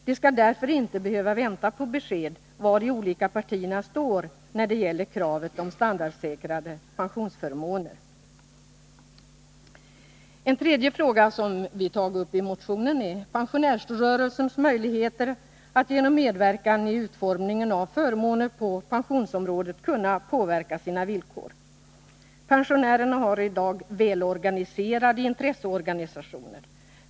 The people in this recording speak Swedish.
De skall därför inte behöva vänta på besked om var de olika partierna står när det gäller kravet på standardsäkrade pensionsförmåner. En tredje fråga som vi tagit upp i motionen är pensionärsrörelsens möjligheter att genom medverkan i utformningen av förmåner på pensionsområdet kunna påverka sina villkor. Pensionärerna har i dag välorganiserade intresseorganisationer.